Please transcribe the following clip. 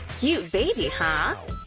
cute baby, huh?